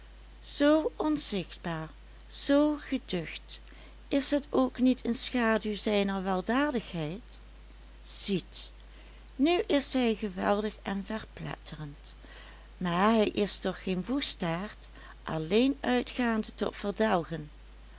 zoo onzichtbaar zoo geducht is het ook niet een schaduw zijner weldadigheid ziet nu is hij geweldig en verpletterend maar hij is toch geen woestaard alleen uitgaande tot